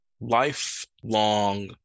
lifelong